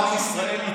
עם ישראל,